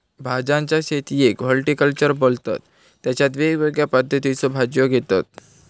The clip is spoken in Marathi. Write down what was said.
भाज्यांच्या शेतीयेक हॉर्टिकल्चर बोलतत तेच्यात वेगवेगळ्या पद्धतीच्यो भाज्यो घेतत